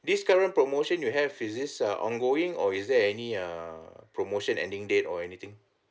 this current promotion you have is this ah ongoing or is there any err promotion ending date or anything